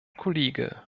kollege